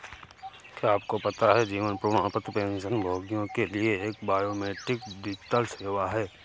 क्या आपको पता है जीवन प्रमाण पेंशनभोगियों के लिए एक बायोमेट्रिक डिजिटल सेवा है?